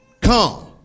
come